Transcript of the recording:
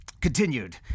continued